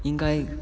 应该